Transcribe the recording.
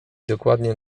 dokładnie